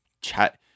chat